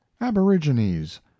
aborigines